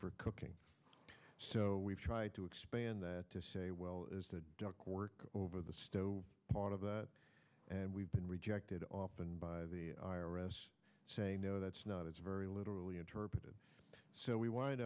for cooking so we've tried to expand that to say well is the ductwork over the stove part of that and we've been rejected often by the i r s saying no that's not it's very literally interpreted so we wind